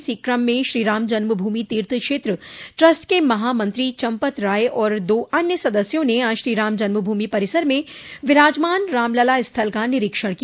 इसी क्रम में श्रीराम जन्म भूमि तीर्थ क्षेत्र ट्रस्ट के महामंत्री चम्पत राय और दो अन्य सदस्यों ने आज श्रीराम जन्म भूमि परिसर में विराजमान रामलला स्थल का निरीक्षण किया